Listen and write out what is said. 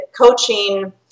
coaching